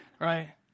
right